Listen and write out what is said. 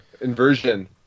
inversion